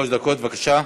בבקשה.